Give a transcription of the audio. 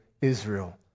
Israel